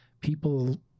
people